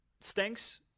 stinks